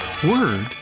Word